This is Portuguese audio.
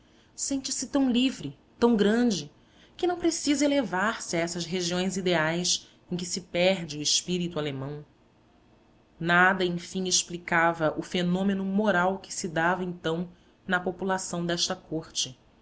sente-se tão livre tão grande que não precisa elevar-se a essas regiões ideais em que se perde o espírito alemão nada enfim explicava o fenômeno moral que se dava então na população desta corte